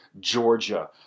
Georgia